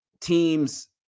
teams